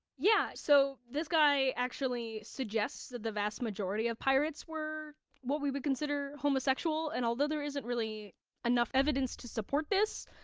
yeah. so this guy actually suggests that the vast majority of pirates were what we would consider homosexual, and although there isn't really enough evidence to support this,